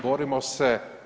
Borimo se.